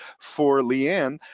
for lee ann,